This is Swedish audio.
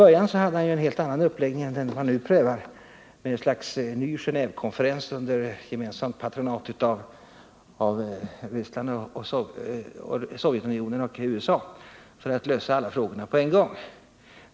Från början hade han en helt annan uppläggning än den han nu prövar, nämligen ett slags ny Genévekonferens, under gemensamt patronat av Sovjetunionen och USA, för att lösa alla frågorna på en gång.